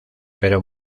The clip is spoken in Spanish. pero